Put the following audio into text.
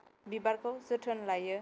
बिबारखौ जोथोन लायो